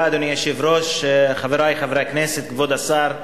אדוני היושב-ראש, חברי חברי הכנסת, כבוד השר,